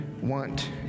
want